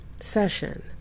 session